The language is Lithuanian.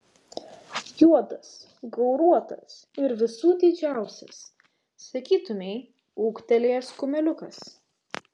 juodas gauruotas ir visų didžiausias sakytumei ūgtelėjęs kumeliukas